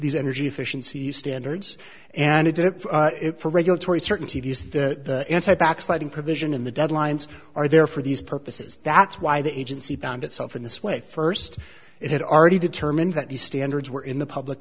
these energy efficiency standards and it did it for regulatory certainty is the backsliding provision in the deadlines are there for these purposes that's why the agency found itself in this way first it had already determined that these standards were in the public